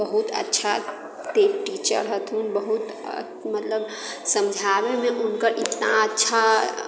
बहुत अच्छा टी टीचर हथुन बहुत मतलब समझाबैमे हुनकर इतना अच्छा